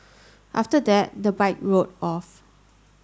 after that the bike rode off